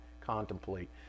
contemplate